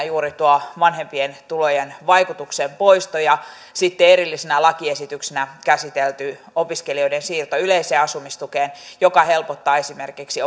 juuri tuo vanhempien tulojen vaikutuksen poisto ja sitten erillisenä lakiesityksenä käsitelty opiskelijoiden siirto yleiseen asumistukeen joka helpottaa esimerkiksi